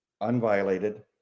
unviolated